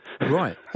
Right